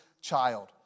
child